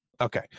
Okay